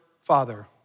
father